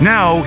Now